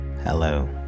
Hello